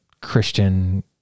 Christian